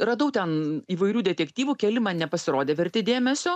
radau ten įvairių detektyvų keli man nepasirodė verti dėmesio